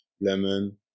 lemon